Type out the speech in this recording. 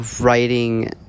writing